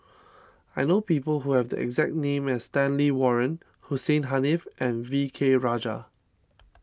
I know people who have the exact name as Stanley Warren Hussein Haniff and V K Rajah